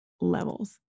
levels